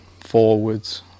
forwards